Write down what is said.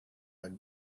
not